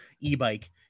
e-bike